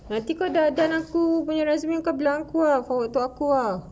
nanti kau dah ada aku punya resume ke bilang aku forward untuk aku ah